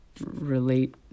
relate